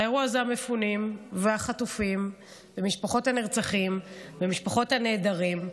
האירוע זה המפונים והחטופים ומשפחות הנרצחים ומשפחות הנעדרים.